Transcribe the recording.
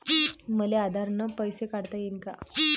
मले आधार न पैसे काढता येईन का?